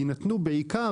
יינתנו בעיקר,